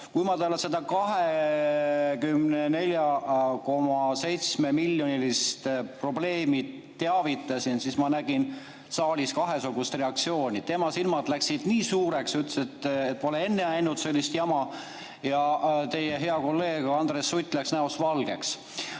Kui ma teda sellest 24,7-miljonilisest probleemist teavitasin, siis ma nägin saalis kahesugust reaktsiooni. Tema silmad läksid nii suureks, ütles, et pole enne näinud sellist jama, ja teie hea kolleeg Andres Sutt läks näost valgeks.